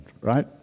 right